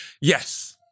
yes